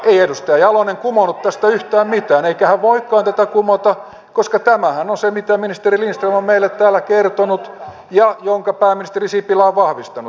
ei edustaja jalonen kumonnut tästä yhtään mitään eikä hän voikaan tätä kumota koska tämähän on se mitä ministeri lindström on meille täällä kertonut ja minkä pääministeri sipilä on vahvistanut